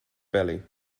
belly